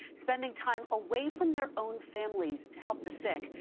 spending time away from their own families to help the sick.